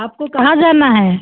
आपको कहाँ जाना है